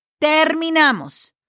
Terminamos